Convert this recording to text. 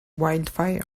wildfire